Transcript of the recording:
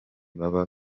baba